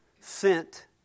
sent